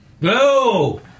No